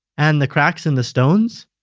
and the cracks in the stones?